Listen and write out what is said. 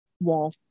wall